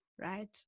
Right